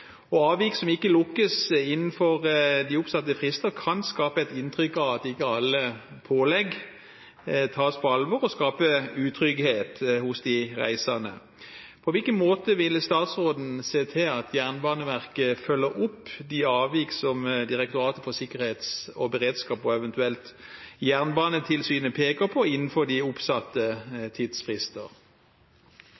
Næringsliv. Avvik som ikke lukkes innenfor de oppsatte frister, kan skape et inntrykk av at ikke alle pålegg tas på alvor, og skape utrygghet hos de reisende. På hvilken måte vil statsråden se til at Jernbaneverket følger opp de avvik som Direktoratet for samfunnssikkerhet og beredskap og eventuelt Jernbanetilsynet peker på, innenfor de oppsatte